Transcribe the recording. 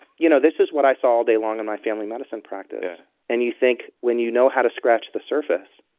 you know this is what i saw all day long at and my family medicine practice and you think, when you know how to scratch the surface,